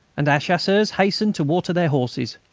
and our chasseurs hastened to water their horses.